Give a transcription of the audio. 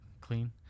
clean